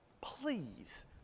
please